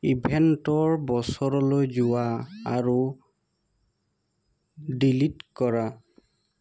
ইভেণ্টৰ বছৰলৈ যোৱা আৰু ডিলিট কৰা